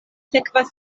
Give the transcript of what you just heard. sekvas